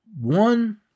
one